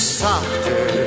softer